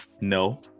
no